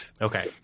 Okay